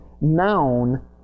noun